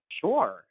Sure